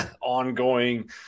ongoing